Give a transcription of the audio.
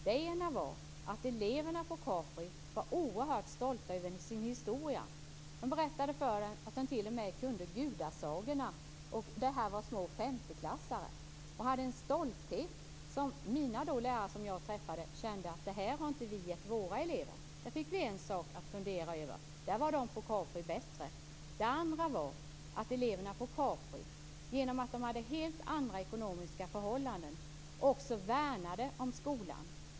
Det ena var att eleverna på Capri var oerhört stolta över sin historia. De berättade att de t.o.m. kunde gudasagorna. Det var små femteklassare, och de hade en stolthet som de lärare som jag träffade kände att de inte hade gett sina elever. Där fick de en sak att fundera över. Där var de på Det andra var att eleverna på Capri, genom att de hade helt andra ekonomiska förhållanden, också värnade om skolan.